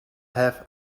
have